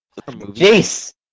Jace